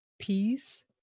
peace